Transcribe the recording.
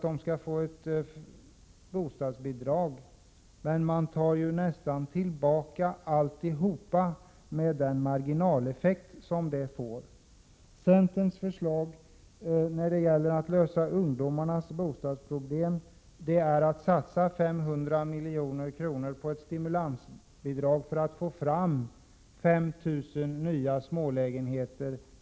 Det skall vara ett bostadsbidrag, men man tar ju tillbaka nästan alltsammans på grund av den marginaleffekt som uppstår. Centerns förslag när det gäller att lösa ungdomarnas bostadsproblem är att man satsar 150 milj.kr. som ett stimulansbidrag för att snabbt få fram 5 000 nya smålägenheter.